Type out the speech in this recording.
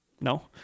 No